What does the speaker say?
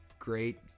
Great